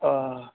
ও